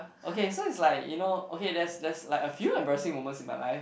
okay so it's like you know okay there's there's like a few embarrassing moments in my life